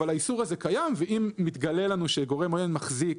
אבל האיסור הזה קיים, ואם מתגלה שגורם עוין מחזיק